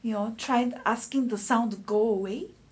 you know tried asking the sound to go away